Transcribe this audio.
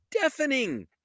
deafening